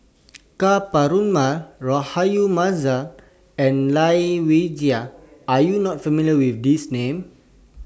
Ka Perumal Rahayu Mahzam and Lai Weijie Are YOU not familiar with These Names